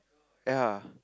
ya